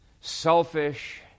selfish